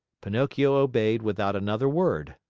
pinocchio obeyed without another word.